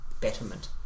betterment